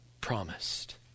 promised